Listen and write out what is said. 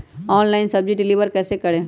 Online सब्जी deliver कैसे करें?